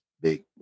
big